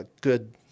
good